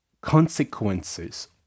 consequences